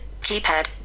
keypad